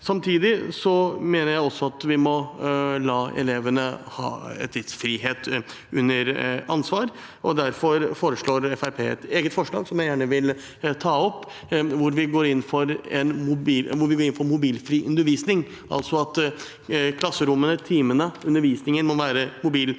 Samtidig mener jeg at vi må la elevene ha en viss frihet under ansvar. Derfor har Fremskrittspartiet et eget forslag, som jeg gjerne vil ta opp, hvor vi går inn for mobilfri undervisning, altså at klasserommet, timene, undervisningen, må være mobilfri,